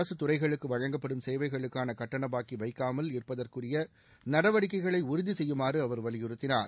அரசுத் துறைகளுக்கு வழங்கப்படும் சேவைகளுக்கான கட்டண பாக்கி வைக்காமல் இருப்பதற்குரிய நடவடிக்கைகளை உறுதி செய்யுமாறு அவர் வலியுறுத்தினார்